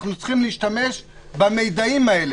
אנחנו צריכים להשתמש במידעים האלה.